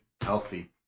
healthy